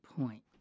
point